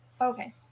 okay